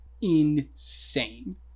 insane